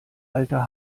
alter